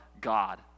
God